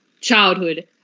childhood